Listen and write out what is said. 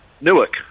Newark